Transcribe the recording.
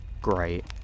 Great